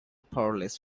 powerless